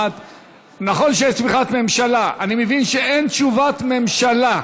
נכון שיש תמיכת ממשלה, אני מבין שאין תשובת ממשלה.